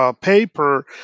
paper